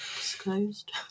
disclosed